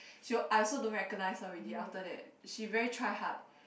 she I also don't recognise her already after that she very try hard